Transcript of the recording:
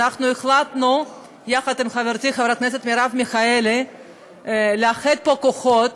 החלטנו יחד עם חברתי חברת הכנסת מרב מיכאלי לאחד כוחות